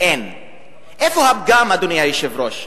איפה הפגם, אדוני היושב-ראש?